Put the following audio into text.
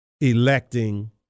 electing